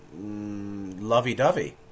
lovey-dovey